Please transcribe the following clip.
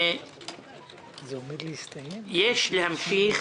יש להמשיך